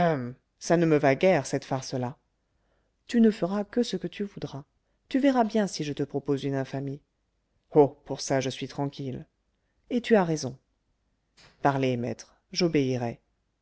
ça ne me va guère cette farce là tu ne feras que ce que tu voudras tu verras bien si je te propose une infamie oh pour ça je suis tranquille et tu as raison parlez maître j'obéirai